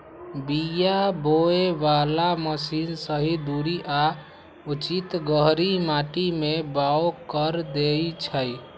बीया बोय बला मशीन सही दूरी आ उचित गहीर माटी में बाओ कऽ देए छै